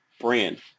brand